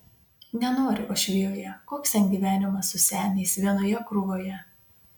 nenoriu uošvijoje koks ten gyvenimas su seniais vienoje krūvoje